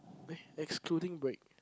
eh excluding break